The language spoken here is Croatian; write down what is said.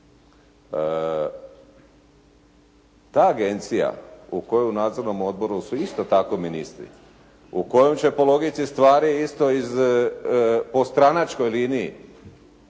Ta agencija kojoj u nadzornom odboru su isto tako ministri, u kojoj će po logici stvari isto po stranačkoj liniji